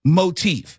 motif